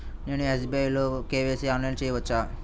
నేను ఎస్.బీ.ఐ లో కే.వై.సి ఆన్లైన్లో చేయవచ్చా?